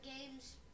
games